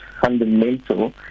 fundamental